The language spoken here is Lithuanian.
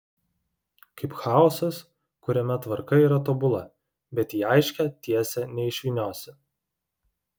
kaip chaosas kuriame tvarka yra tobula bet į aiškią tiesę neišvyniosi